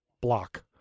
block